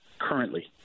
currently